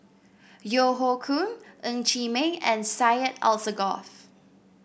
Yeo Hoe Koon Ng Chee Meng and Syed Alsagoff